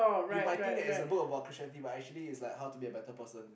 you might think that it's a book about Christianity but actually it's like how to be a better person